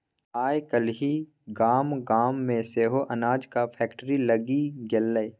आय काल्हि गाम गाम मे सेहो अनाजक फैक्ट्री लागि गेलै